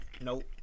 Nope